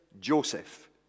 Joseph